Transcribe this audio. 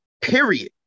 Period